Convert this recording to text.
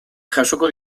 jasoko